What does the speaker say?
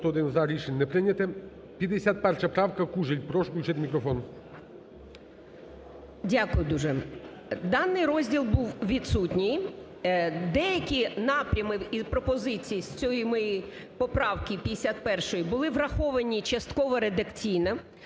Дякую дуже. Даний розділ був відсутній, деякі напрями і пропозиції з цієї моєї поправки 51 були враховані частково редакційно,